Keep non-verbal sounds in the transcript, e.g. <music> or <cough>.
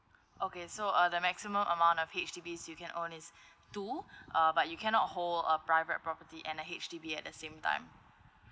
okay so uh the maximum amount of H_D_Bs you can own is <breath> two <breath> uh but you cannot hold a private property and a H_D_B at the same time